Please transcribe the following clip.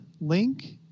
link